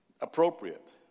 appropriate